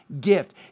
gift